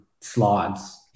slides